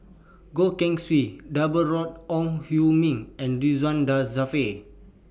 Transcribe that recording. Goh Keng Swee Deborah Ong Hui Min and Dzafir